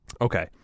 Okay